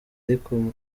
ariko